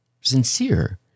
sincere